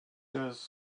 does